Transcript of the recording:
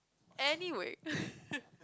anyway